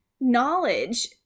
knowledge